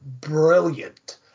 brilliant